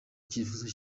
cyifuzo